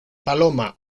paloma